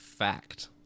fact